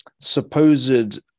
supposed